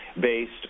based